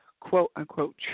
quote-unquote